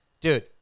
dude